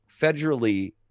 federally